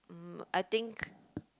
mm I think